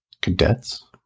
cadets